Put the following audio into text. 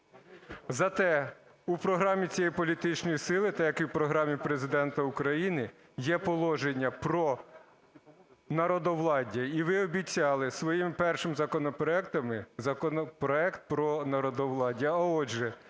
Зате у програмі цієї політичної сили, так як і в програмі Президента України, є положення про народовладдя. І ви обіцяли своїми першими законопроектами законопроект про народовладдя.